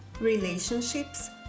relationships